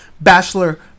bachelor